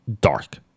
dark